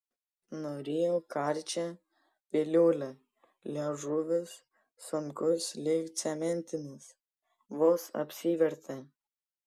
nurijau karčią piliulę liežuvis sunkus lyg cementinis vos apsivertė